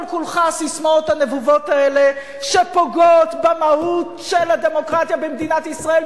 כל כולך הססמאות הנבובות האלה שפוגעות במהות של הדמוקרטיה במדינת ישראל.